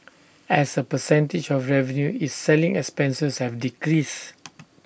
as A percentage of revenue its selling expenses have decreased